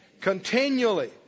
Continually